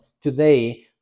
today